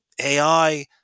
AI